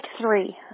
three